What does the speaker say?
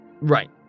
Right